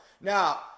Now